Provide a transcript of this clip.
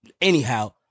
anyhow—